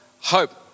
hope